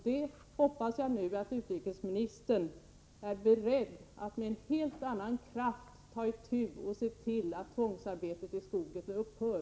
Jag hoppas att utrikesministern nu är beredd att med en helt annan kraft ta itu med detta och se till att tvångsarbetet i skogen upphör.